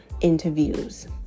interviews